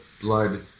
blood